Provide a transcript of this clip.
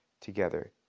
together